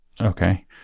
Okay